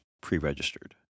pre-registered